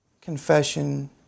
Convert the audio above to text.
confession